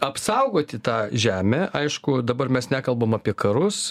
apsaugoti tą žemę aišku dabar mes nekalbam apie karus